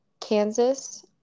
Kansas